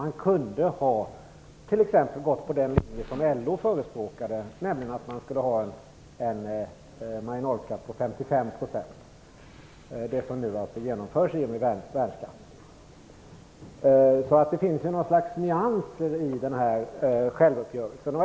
Man kunde ha gått på den linje som t.ex. LO förespråkade, nämligen en marginalskatt på 55 %. Det är det som nu genomförs i och med värnskatten. Det finns något slags nyanser i självuppgörelsen.